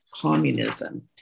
communism